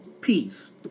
peace